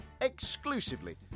Exclusively